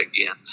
again